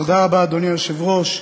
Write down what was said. אדוני היושב-ראש,